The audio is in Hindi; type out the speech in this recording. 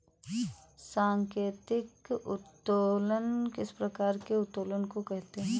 सांकेतिक उत्तोलन किस प्रकार के उत्तोलन को कहते हैं?